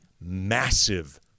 massive